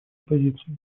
позиции